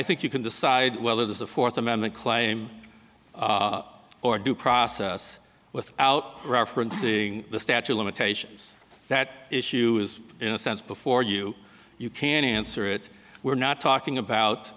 think you can decide whether the fourth amendment claim or due process without referencing the statue of limitations that issue is in a sense before you you can answer it we're not talking about